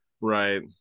Right